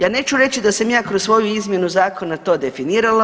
Ja neću reći da sam ja kroz svoju izmjenu zakona to definirala.